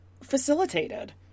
facilitated